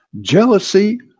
jealousy